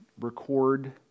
record